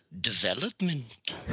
development